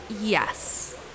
Yes